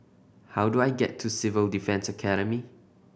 how do I get to Civil Defence Academy